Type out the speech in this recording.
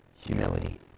humility